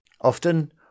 Often